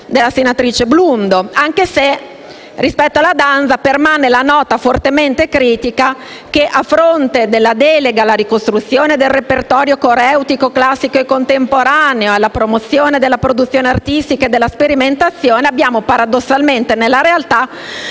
della senatrice Blundo; anche se, rispetto alla danza, permane la nota fortemente critica che, a fronte della delega alla ricostruzione del repertorio coreutico classico e contemporaneo e alla promozione della produzione artistica e della sperimentazione, abbiamo paradossalmente, nella realtà,